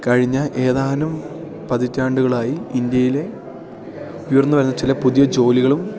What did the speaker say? കഴിഞ്ഞ ഏതാനും പതിറ്റാണ്ടുകളായി ഇന്ത്യയിലെ ഉയർന്നു വരുന്ന ചില പുതിയ ജോലികളും